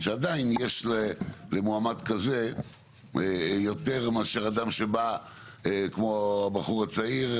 שעדיין יש למועמד כזה יותר מאשר אדם שבא כמו הבחור הצעיר,